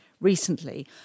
recently